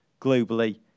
globally